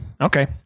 Okay